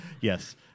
yes